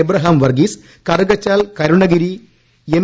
Abraham Varghese Karukachal Karunagiri M